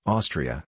Austria